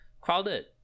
crowded